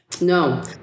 No